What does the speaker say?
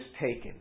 taken